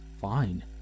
fine